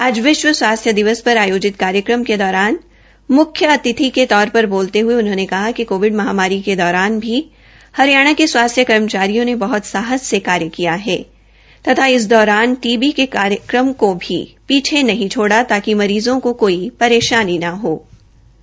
आज विश्व स्वास्थ्य दिवस पर आयोजित कार्यक्रम के दौरान म्ख्य अतिथि के तौर पर बोलते हुए उन्होंने कहा कि कोविड महामारी के दौरान भी हरियाणा के स्वास्थ्य कर्मचारियों ने बहत साहस से काम किया है तथा इस दौरान टीबी के कार्यक्रम को भी पीछे नहीं छोड़ा ताकि मरीजों को परेशानी न हो सके